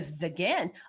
again